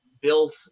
built